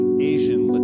Asian